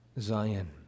Zion